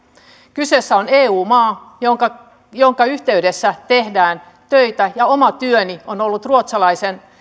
kyseessä on eu maa jonka jonka yhteydessä tehdään töitä ja oma työni on ollut ruotsalaisen